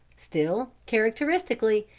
still characteristically,